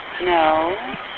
No